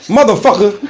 Motherfucker